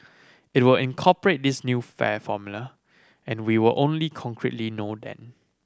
it will incorporate this new fare formula and we will only concretely know then